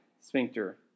sphincter